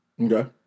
Okay